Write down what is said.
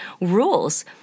rules